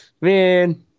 Man